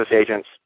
agents